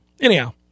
Anyhow